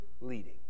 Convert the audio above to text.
leading